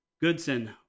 Goodson